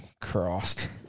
Crossed